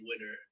winner